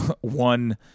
One